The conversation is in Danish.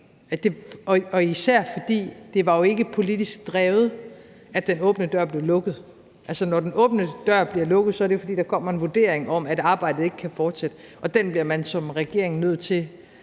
især fordi det jo ikke var politisk drevet, at den åbne dør blev lukket. Altså, når den åbne dør bliver lukket, er det jo, fordi der kommer en vurdering om, at arbejdet ikke kan fortsætte, og den bliver man som regering